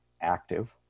active